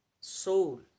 soul